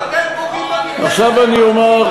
אתה פוגע בבניין הזה.